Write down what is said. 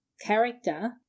Character